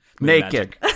Naked